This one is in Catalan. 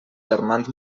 germans